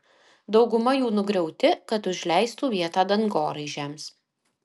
dauguma jų nugriauti kad užleistų vietą dangoraižiams